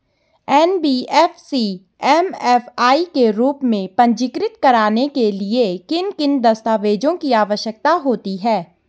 NBFC MFI के रूप में पंजीकृत कराने के लिए किन किन दस्तावेज़ों की आवश्यकता होती है?